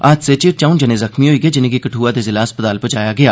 हादसे च चौं जने जख्मी होई गे जिनें'गी कठ्आ दे जिला अस्पताल प्जाया गेआ